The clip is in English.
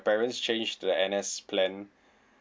parents changed to the N_S plan